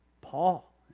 Paul